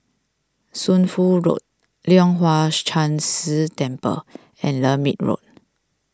Shunfu Road Leong Hwa Chan Si Temple and Lermit Road